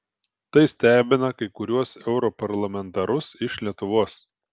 tai stebina kai kuriuos europarlamentarus iš lietuvos